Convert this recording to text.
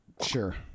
Sure